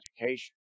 education